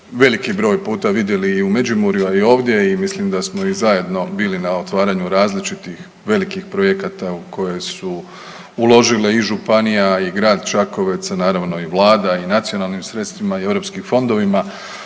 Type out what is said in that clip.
veliki broj puta vidjeli i u Međimurju, a i ovdje i mislim da smo i zajedno bili na otvaranju različitih velikih projekta u koji su uložile i županije i grad Čakovec, a naravno i Vlada i nacionalnim sredstvima i EU fondovima